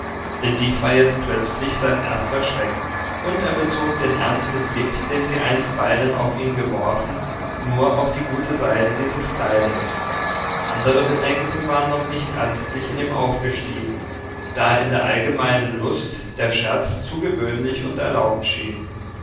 denn dies war jetzt plötzlich sein erster schrecken und er bezog den ernsten blick den sie einstweilen auf ihn geworfen nur auf die gute seide dieses kleides andere bedenken waren noch nicht ernstlich in ihm aufgestiegen da in der allgemeinen lust der scherz zu gewöhnlich und erlaubt schien